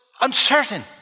uncertain